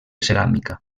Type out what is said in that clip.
ceràmica